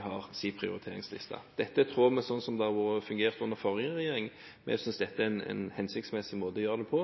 har sin prioriteringsliste. Dette er i tråd med slik det har fungert under forrige regjering, men jeg synes dette er en hensiktsmessig måte å gjøre det på.